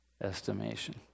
estimation